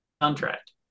contract